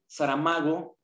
Saramago